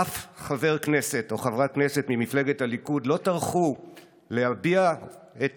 אף חבר כנסת או חברת כנסת ממפלגת הליכוד לא טרחו להביע את